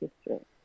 history